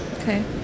Okay